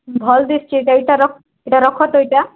ଭଲ ଦିଶୁଛି ଏଇଟା ଏଇଟା ରଖ୍ ଏଇଟା ରଖ ତ ଏଇଟା